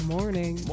Morning